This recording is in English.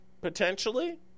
potentially